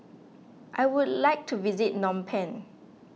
I would like to visit Phnom Penh